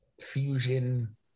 fusion